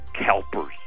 CalPERS